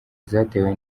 zatewe